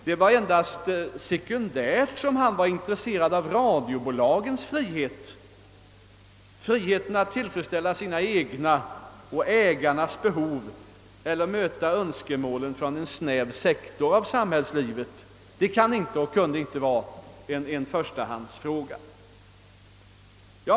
Det var endast sekundärt som han var intresserad av radiobolagens frihet, friheten att tillfredsställa sina egna och ägarnas behov eller friheten att möta önskemål från en snäv sektor av samhället. Det kan och kunde inte vara en förstahandsfråga.